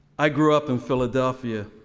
i grew up in philadelphia,